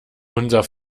unser